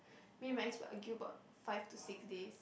me and my ex will argue about five to six days